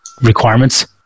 requirements